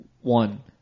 One